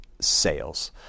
sales